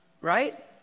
right